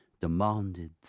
demanded